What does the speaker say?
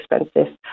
expensive